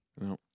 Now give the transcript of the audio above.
no